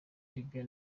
liberiya